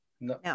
no